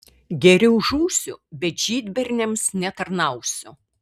geriau žūsiu bet žydberniams netarnausiu